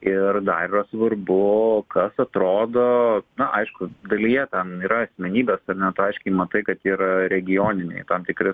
ir dar yra svarbu kas atrodo na aišku dalyje ten yra asmenybės ar ne tu aiškiai matai kad yra regioniniai tam tikri